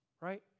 right